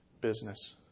business